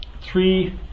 Three